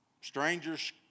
strangers